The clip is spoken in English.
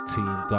Team